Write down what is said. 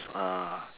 uh